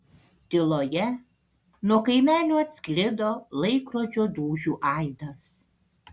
tyloje nuo kaimelio atsklido laikrodžio dūžių aidas